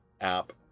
app